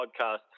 podcast